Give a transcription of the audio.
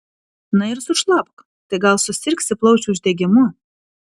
na ir sušlapk tai gal susirgsi plaučių uždegimu